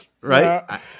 right